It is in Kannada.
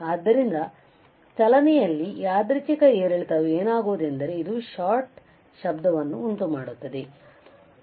ಆದ್ದರಿಂದ ಚಲನೆಯಲ್ಲಿ ಯಾದೃಚ್ಛಿಕ ಏರಿಳಿತವು ಏನಾಗುವುದೆಂದರೆ ಇದು ಶಾಟ್ ಶಬ್ದವನ್ನು ಉಂಟುಮಾಡುಇವೆತ್ತದೆ